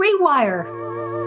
rewire